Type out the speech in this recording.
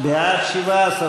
הרשימה המשותפת לסעיף 3 לא נתקבלה.